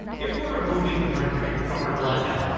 if we're removing the mercury from her blood now,